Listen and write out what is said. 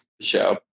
show